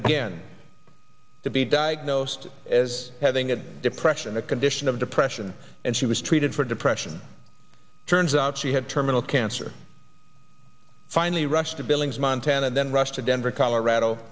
again to be diagnosed as having a depression a condition of depression and she was treated for depression turns out she had terminal cancer finally rushed to billings montana and then rushed to denver colorado